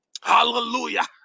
Hallelujah